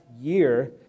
year